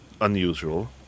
unusual